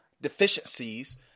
deficiencies